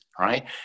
right